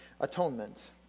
atonement